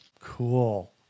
Cool